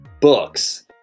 books